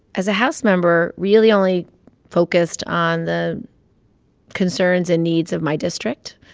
as a house member, really only focused on the concerns and needs of my district.